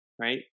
Right